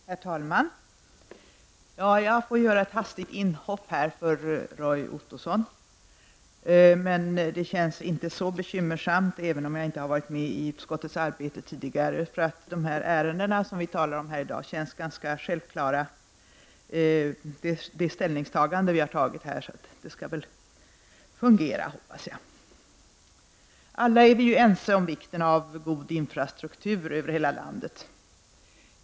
Herr talman! Jag får göra ett hastigt inhopp här för Roy Ottosson. Även om jag inte tidigare har varit med i utskottets arbete känns det inte så bekymmersamt -- vårt ställningstagande i de ärenden som behandlas här i dag känns ganska självklart. Alla är vi ju ense om vikten av god infrastruktur över hela landet.